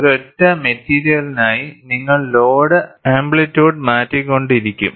ഒരൊറ്റ മെറ്റീരിയലിനായി നിങ്ങൾ ലോഡ് ആംപ്ലിറ്റ്യൂഡ് മാറ്റിക്കൊണ്ടിരിക്കും